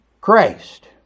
Christ